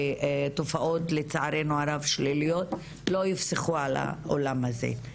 ותופעות לצערנו הרב שליליות לא יפסחו על העולם הזה.